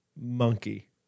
Monkey